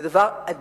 זה דבר אדיר.